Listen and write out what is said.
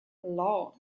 law